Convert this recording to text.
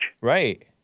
Right